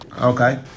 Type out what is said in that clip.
Okay